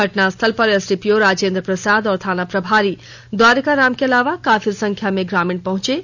घटना स्थल पर एसडीपीओ राजेन्द्र प्रसाद और थाना प्रभारी द्वारिका राम के अलावा काफी संख्या में ग्रामीण पहुंचे हैं